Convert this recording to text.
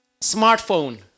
smartphone